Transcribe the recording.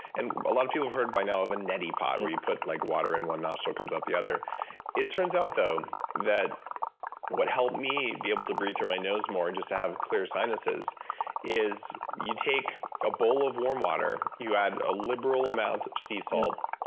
and a lot of people have heard by now of a neti pot, where you put like water in one nostril, it comes out the other it turns out, though, that what helped me be able to breathe through my nose more and just have clearer sinuses is you take a bowl of warm water, you add a liberal amount of sea salt,